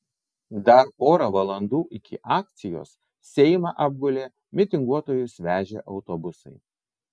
dar pora valandų iki akcijos seimą apgulė mitinguotojus vežę autobusai